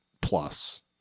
plus